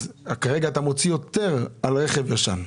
כרגע אתה מוציא יותר על רכב ישן.